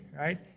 right